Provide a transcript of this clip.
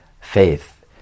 faith